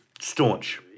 Staunch